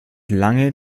lange